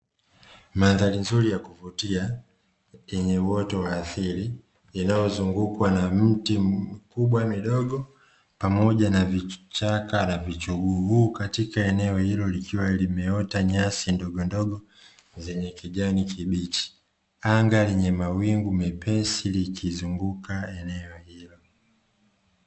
Mandhari nzuri ya kuvutia yenye uoto wa asili, inayozungukwa na miti mikubwa, midogo pamoja na vichaka na vichuguu katika eneo hilo likiwa limeota nyasi ndogondogo zenye kijani kibichi. Anga lenye mawingu mepesi likizunguka eneo hilo.